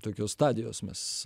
tokios stadijos mes